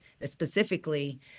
specifically